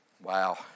Wow